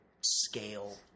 scale